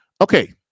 Okay